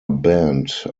band